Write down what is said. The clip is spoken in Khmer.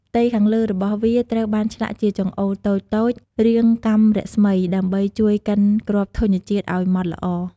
ផ្ទៃខាងលើរបស់វាត្រូវបានឆ្លាក់ជាចង្អូរតូចៗរាងកាំរស្មី ដើម្បីជួយកិនគ្រាប់ធញ្ញជាតិឲ្យម៉ត់ល្អ។